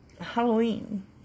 Halloween